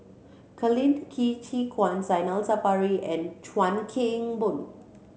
Colin Ki Chi Kuan Zainal Sapari and Chuan Keng Boon